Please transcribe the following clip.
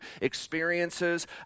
experiences